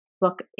look